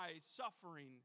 suffering